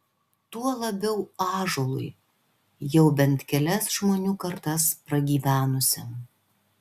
tuo labiau ąžuolui jau bent kelias žmonių kartas pragyvenusiam